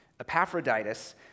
Epaphroditus